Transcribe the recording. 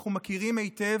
אנחנו מכירים היטב,